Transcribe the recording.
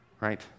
right